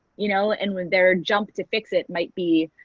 you know and when their jump to fix it might be